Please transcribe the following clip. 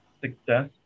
success